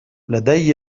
لدي